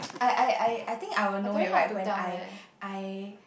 I I I I think I will know it right when I I